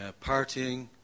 partying